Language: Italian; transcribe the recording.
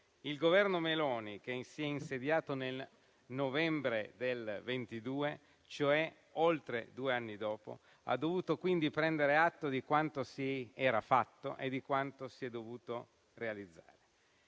Il Governo Meloni, che si è insediato nel novembre del 2022, oltre due anni dopo, ha dovuto quindi prendere atto di quanto si era fatto e di quanto si è dovuto realizzare.